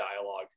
dialogue